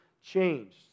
changed